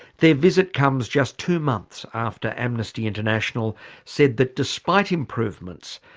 their visit comes just two months after amnesty international said that, despite improvements,